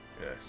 Yes